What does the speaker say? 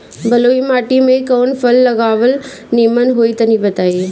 बलुई माटी में कउन फल लगावल निमन होई तनि बताई?